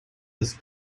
das